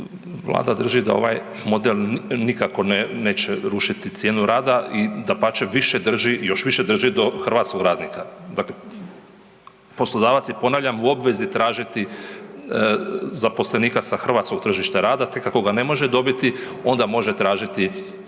Vlada drži da ovaj model nikako neće rušiti cijenu rada i dapače, više drži, još više drži do hrvatskog radnika. Dakle, poslodavac je, ponavljam, u obvezi tražiti zaposlenika sa hrvatskog tržišta rada, tek ako ga ne može dobiti, onda može tražiti stranog